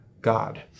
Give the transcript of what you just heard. god